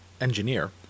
engineer